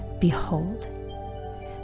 behold